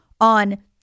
on